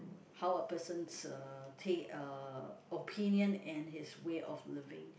how a person's uh ta~ uh opinion and his way of living